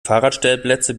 fahrradstellplätze